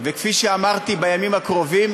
וכפי שאמרתי: בימים הקרובים